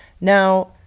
Now